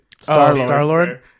Star-Lord